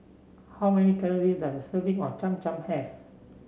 how many calories does a serving of Cham Cham have